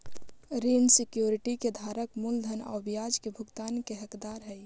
ऋण सिक्योरिटी के धारक मूलधन आउ ब्याज के भुगतान के हकदार हइ